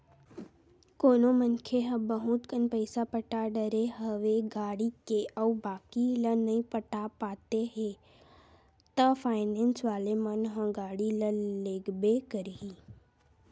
कोनो मनखे ह बहुत कन पइसा पटा डरे हवे गाड़ी के अउ बाकी ल नइ पटा पाते हे ता फायनेंस वाले मन ह गाड़ी ल लेगबे करही